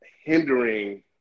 hindering